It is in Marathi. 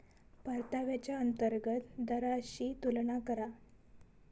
परताव्याच्या अंतर्गत दराशी तुलना करा